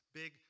big